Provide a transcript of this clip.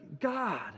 God